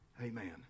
Amen